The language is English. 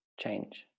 change